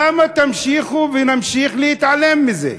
למה תמשיכו ונמשיך להתעלם מזה?